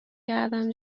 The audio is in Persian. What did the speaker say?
کردم